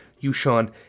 Yushan